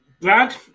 Brad